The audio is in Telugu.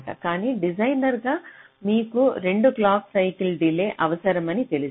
కానీ డిజైనర్గా మీకు 2 క్లాక్ సైకిల్ డిలే అవసరమని తెలుసు